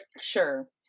Sure